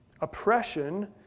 Oppression